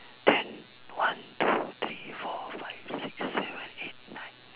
ten one two three four five six seven eight nine ten